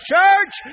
Church